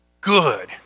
good